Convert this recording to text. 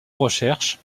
recherche